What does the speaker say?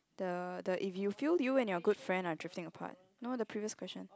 the the if you feel you and your good friend are drifting apart no the previous question